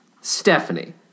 Stephanie